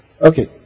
Okay